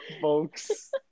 folks